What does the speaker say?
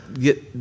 get